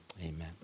Amen